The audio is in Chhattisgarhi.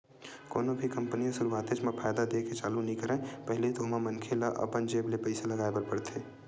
कोनो भी कंपनी ह सुरुवातेच म फायदा देय के चालू नइ करय पहिली तो ओमा मनखे ल अपन जेब ले पइसा लगाय बर परथे